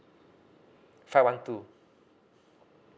five one two